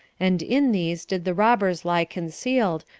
and in these did the robbers lie concealed,